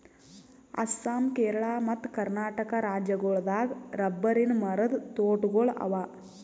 ಅಸ್ಸಾಂ ಕೇರಳ ಮತ್ತ್ ಕರ್ನಾಟಕ್ ರಾಜ್ಯಗೋಳ್ ದಾಗ್ ರಬ್ಬರಿನ್ ಮರದ್ ತೋಟಗೋಳ್ ಅವಾ